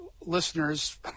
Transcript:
listeners